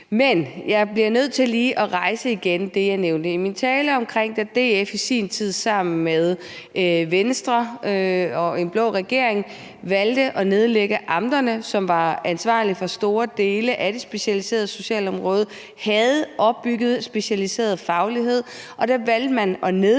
Men jeg bliver nødt til lige igen at rejse det, jeg nævnte i min tale om, da DF i sin tid sammen med Venstre og en blå regering valgte at nedlægge amterne, som var ansvarlige for store dele af det specialiserede socialområde og havde opbygget specialiseret faglighed. Dem valgte man at nedlægge